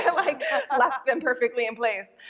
yeah like yeah ah left them perfectly in place,